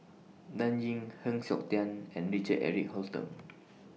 Dan Ying Heng Siok Tian and Richard Eric Holttum